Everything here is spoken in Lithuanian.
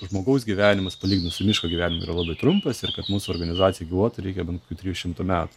žmogaus gyvenimas palyginus su miško gyvenimu yra labai trumpas ir kad mūsų organizacija gyvuoti reikia bent kokių trijų šimtų metų